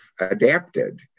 adapted